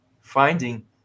finding